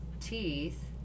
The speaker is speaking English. teeth